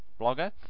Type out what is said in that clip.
blogger